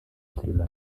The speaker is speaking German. ziele